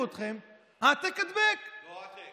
שלוש דקות, אדוני.